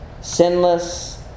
sinless